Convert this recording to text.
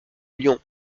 lyon